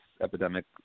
epidemic